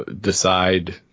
decide